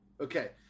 Okay